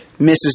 Mrs